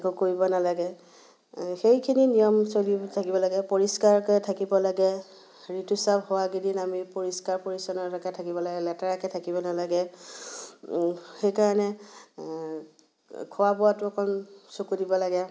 একো কৰিব নালাগে সেইখিনি নিয়ম চলি থাকিব লাগে পৰিষ্কাৰকৈ থাকিব লাগে ঋতুস্ৰাৱ হোৱাকেইদিন আমি পৰিষ্কাৰ পৰিচ্ছন্নতাকৈ থাকিব লাগে লেতেৰাকৈ থাকিব নালাগে সেইকাৰণে খোৱা বোৱাতো অকণ চকু দিব লাগে